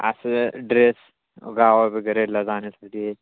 असं ड्रेस गावा वगैरेला जाण्यासाठी